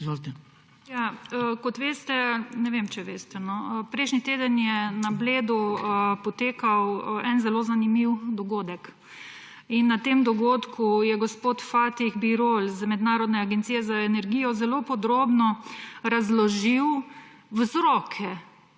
NP):** Kot veste − no, ne vem, če veste −, prejšnji teden je na Bledu potekal zelo zanimiv dogodek in na tem dogodku je gospod Fatih Birol iz Mednarodne agencije za energijo zelo podrobno razložil vzroke